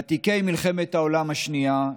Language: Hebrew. ותיקי מלחמת העולם השנייה,